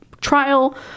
trial